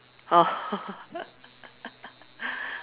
oh